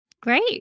Great